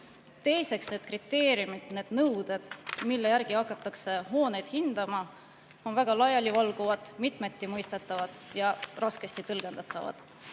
Teiseks, need kriteeriumid, need nõuded, mille järgi hakatakse hooneid hindama, on väga laialivalguvad, mitmeti mõistetavad ja raskesti tõlgendatavad